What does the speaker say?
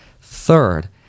Third